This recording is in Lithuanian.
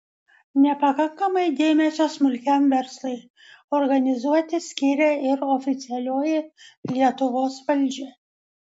nepakankamai dėmesio smulkiam verslui organizuoti skiria ir oficialioji lietuvos valdžia